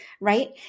right